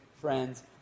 friends